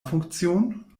funktion